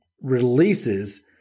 releases